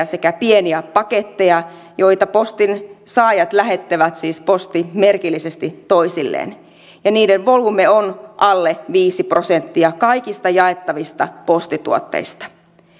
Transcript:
sekä pieniä paketteja joita postinsaajat lähettävät siis postimerkillisesti toisilleen ja niiden volyymi on alle viisi prosenttia kaikista jaettavista postituotteista